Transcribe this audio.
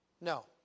No